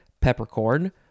peppercorn